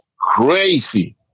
crazy